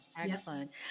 Excellent